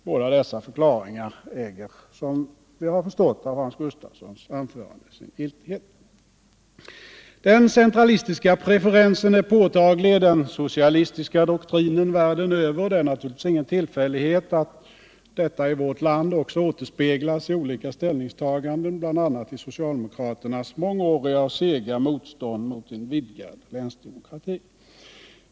Båda dessa förklaringar äger, som jag har förstått av Hans Gustafssons anförande, sin giltighet. Den centralistiska preferensen är påtaglig i den socialistiska doktrinen världen över, och det är naturligtvis ingen tillfällighet att detta i vårt land också återspeglas i olika ställningstaganden, bl.a. i socialdemokraternas mångåriga och sega motstånd mot en vidgad länsdemokrati.